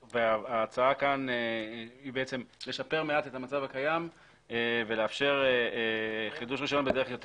ההצעה כאן היא לשפר מעט את המצב הקיים ולאפשר חידוש רישיון בדרך יותר